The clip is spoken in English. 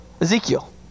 Ezekiel